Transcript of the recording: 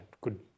good